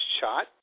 shot